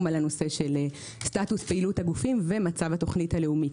על סטטוס פעילות הגופים ומצב התוכנית הלאומית.